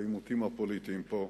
בעימותים הפוליטיים פה.